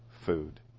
food